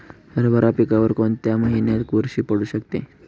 हरभरा पिकावर कोणत्या महिन्यात बुरशी पडू शकते?